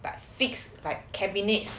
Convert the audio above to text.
but fix like cabinets